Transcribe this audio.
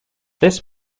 this